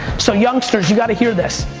so youngsters, you've gotta hear this.